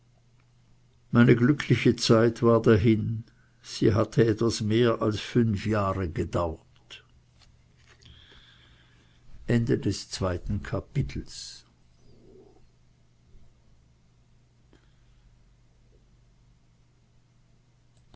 meine glückliche zeit war dahin sie hatte etwas mehr als fünf jahre gedauert